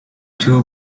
two